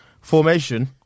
Formation